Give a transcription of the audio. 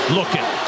Looking